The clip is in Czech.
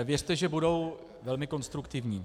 Věřte, že budou velmi konstruktivní.